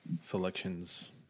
selections